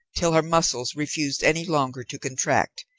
till her muscles refused any longer to contract,